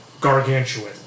gargantuan